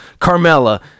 Carmella